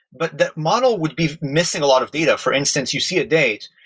but that model would be missing a lot of data. for instance, you see a date.